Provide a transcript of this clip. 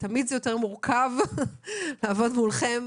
תמיד זה יותר מורכב לעבוד מולכם.